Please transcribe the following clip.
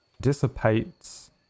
dissipates